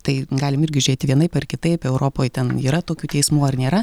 tai galim irgi žiūrėti vienaip ar kitaip europoj ten yra tokių teismų ar nėra